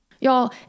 Y'all